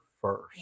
first